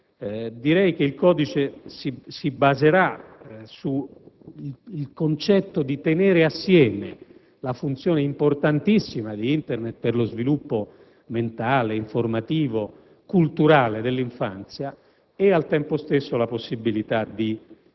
Direi che il codice si baserà sul concetto di tenere assieme la funzione importantissima di Internet per lo sviluppo mentale, informativo, culturale dell'infanzia e, al tempo stesso, la possibilità di forme